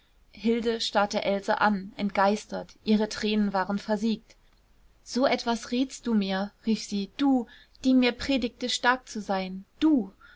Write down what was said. hilde starrte else an entgeistert ihre tränen waren versiegt so etwas rätst du mir rief sie du die mir predigte stark zu sein du